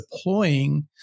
deploying